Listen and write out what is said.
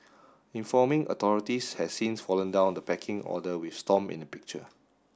informing authorities has since fallen down the pecking order with Stomp in the picture